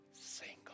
single